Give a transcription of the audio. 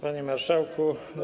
Panie Marszałku!